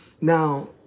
Now